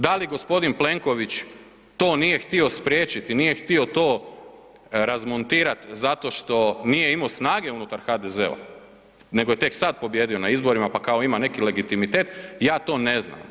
Da li g. Plenković to nije htio spriječiti, nije htio to razmontirati zato što nije imao snage unutar HDZ-a, nego je tek sad pobijedio na izborima pa kao ima neki legitimitet, ja to ne znam.